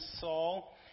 Saul